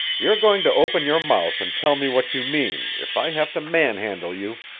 you're going to open your mouth and tell me what you mean, if i have to manhandle you.